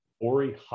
Ori